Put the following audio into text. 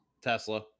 Tesla